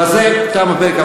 בזה תם הפרק.